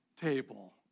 table